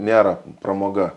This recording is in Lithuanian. nėra pramoga